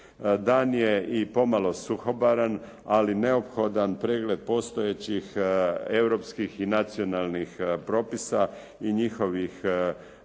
Dan je i pomalo suhoparan, ali neophodan pregled postojećih europskih i nacionalnih propisa i njihovih odredbi